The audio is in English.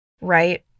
right